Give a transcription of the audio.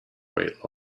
weight